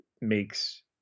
makes